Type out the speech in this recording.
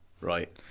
right